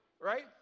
right